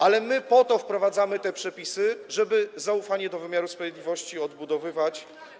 Ale my po to wprowadzamy te przepisy, żeby zaufanie do wymiaru sprawiedliwości odbudowywać.